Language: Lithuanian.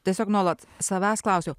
tiesiog nuolat savęs klausiau